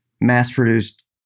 mass-produced